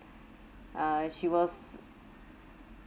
ah she was